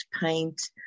paint